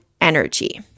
energy